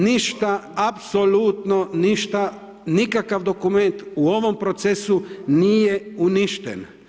Ništa, apsolutno ništa, nikakav dokument, u ovom procesu nije uništen.